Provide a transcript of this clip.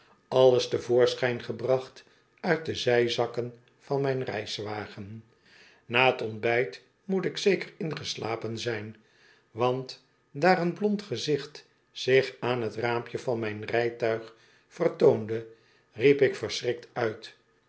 alles te voorschijn gebracht uit de zijzakken van mijn reiswagen na t ontbijt moet ik zeker ingeslapen zijn want daar een blond gezicht zich aan t raampje van mijn rijtuig vertoonde riep ik verschrikt uit